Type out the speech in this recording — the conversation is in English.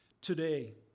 today